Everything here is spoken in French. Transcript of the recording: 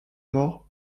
mort